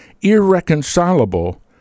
irreconcilable